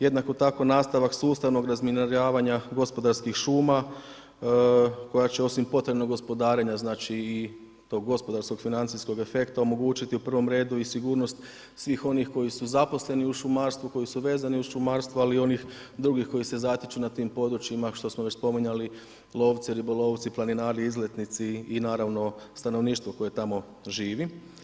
Jednako tako nastavak sustavnog razminiranja gospodarskih šuma koja će osim potrebnog gospodarenja znači i tog gospodarsko financijskoga efekta omogućiti u prvom redu i sigurnost svih onih koji su zaposleni u šumarstvu, koji su vezani uz šumarstvo, ali i onih drugih koji se zatiču na tim područjima što smo već spominjali lovci, ribolovci, planinari, izletnici i naravno stanovništvo koje tamo živi.